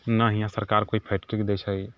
ने हियाँ सरकार कोइ फैक्ट्री दै छै